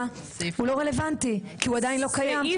הוא לא רלוונטי כי הוא עדיין לא קיים,